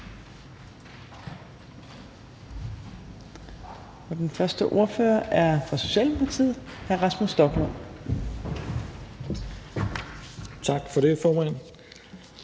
den første ordfører er fra Socialdemokratiet, hr. Rasmus Stoklund. Kl. 17:28 (Ordfører)